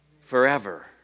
forever